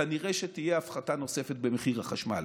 כנראה שתהיה הפחתה נוספת במחיר החשמל.